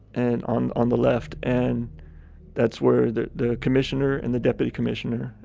and, on on the left and that's where the the commissioner and the deputy commissioner,